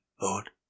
Lord